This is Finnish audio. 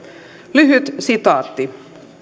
lyhyt sitaatti